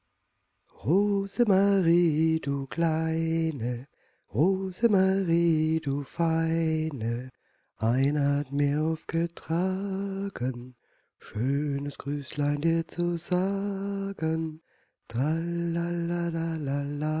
rosemarie du kleine rosemarie du feine einer hat mir aufgetragen schönes grüßlein dir zu sagen